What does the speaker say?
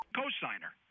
cosigner